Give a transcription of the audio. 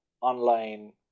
online